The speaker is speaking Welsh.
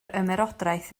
ymerodraeth